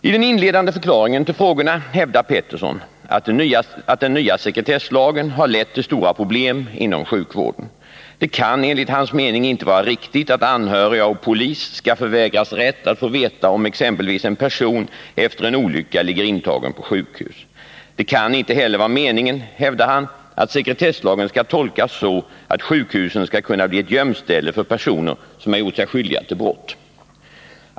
I den inledande förklaringen till frågorna hävdar Lennart Pettersson att den nya sekretesslagen har lett till stora problem inom sjukvården. Det kan enligt hans mening inte vara riktigt att anhöriga och polis skall förvägras rätt att få veta om exempelvis en person efter en olycka ligger intagen på sjukhus. Det kan inte heller vara meningen, hävdar han, att sekretesslagen skall tolkas så att sjukhusen skall kunna bli ett gömställe för personer som har gjort sig skyldiga till brott.